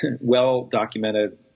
well-documented